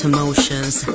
Emotions